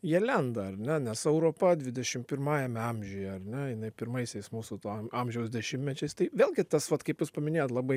jie lenda ar ne nes europa dvidešim pirmajame amžiuje ar ne jinai pirmaisiais mūsų to am amžiaus dešimtmečiais tai vėlgi tas vat kaip jūs paminėjot labai